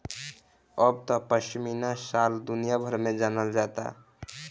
अब त पश्मीना शाल दुनिया भर में जानल जाता